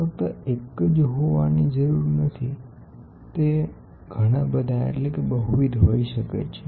તે ફક્ત એક જ હોય તે જરૂર નથી તે એક કરતા વધારે પણ હોઈ શકે છે